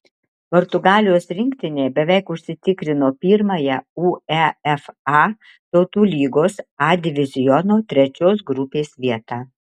portugalijos rinktinė beveik užsitikrino pirmąją uefa tautų lygos a diviziono trečios grupės vietą